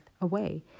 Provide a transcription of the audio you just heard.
away